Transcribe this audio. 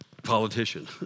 Politician